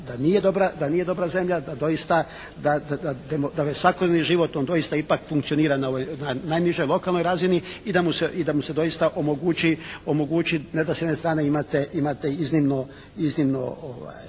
da nije dobra zemlja, da doista, da u svakodnevni život on doista ipak funkcionira na najnižoj lokalnoj razini i da mu se doista omogući, ne da s jedne strane imate iznimno